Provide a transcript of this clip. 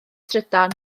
trydan